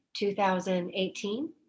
2018